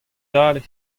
dale